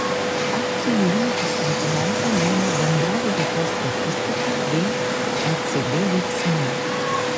akcijų rinkų sentimentą lėmė bendrovių veiklos statistika bei ecb veiksmai